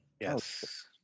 Yes